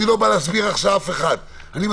אני לא בא להסביר אף אחד,